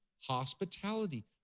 hospitality